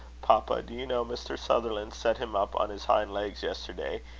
papa, do you know, mr. sutherland set him up on his hind legs yesterday,